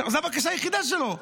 זו הבקשה היחידה שלו.